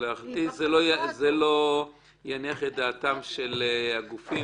אבל להערכתי זה לא יניח את דעתם של הגופים,